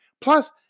Plus